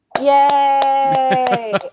Yay